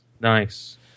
nice